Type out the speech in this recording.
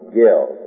Guild